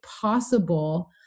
possible